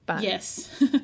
Yes